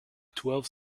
twelve